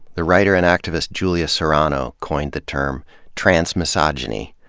the writer and activist julia serano coined the term transmisogyny,